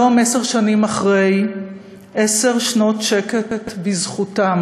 היום, עשר שנים אחרי כן, עשר שנות שקט בזכותם.